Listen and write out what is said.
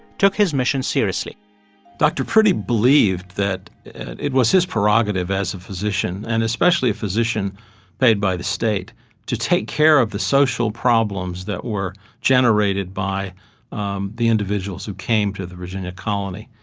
took his mission seriously dr. priddy believed that it was his prerogative as a physician and especially a physician paid by the state to take care of the social problems that were generated by um the individuals who came to the virginia colony.